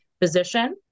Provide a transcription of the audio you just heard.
physician